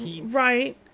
Right